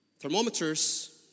Thermometers